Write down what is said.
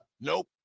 Nope